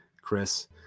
Chris